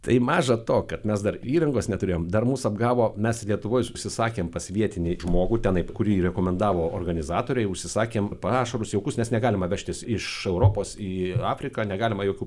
tai maža to kad mes dar įrangos neturėjom dar mus apgavo mes lietuvoj užsisakėm pas vietinį žmogų tenai kurį rekomendavo organizatoriai užsisakėm prašarus jaukus nes negalima vežtis iš europos į afriką negalima jokių